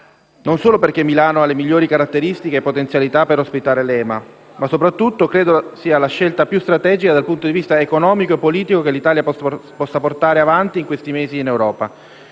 non solo perché ha le migliori caratteristiche e potenzialità per ospitare l'EMA, ma soprattutto perché credo che questa sia la scelta più strategica dal punto di vista economico e politico che l'Italia possa portare avanti in questi mesi in Europa.